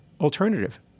alternative